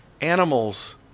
animals